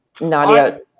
Nadia